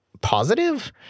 positive